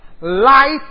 Life